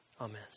Amen